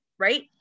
right